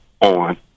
on